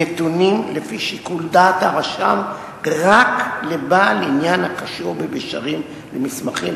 נתונה לפי שיקול דעת הרשם רק לבעל עניין הקשור במישרין למסמכים